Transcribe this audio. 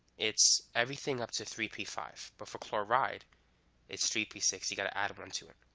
it's everything up to three p five but for chloride it's three p six you gotta add one to it.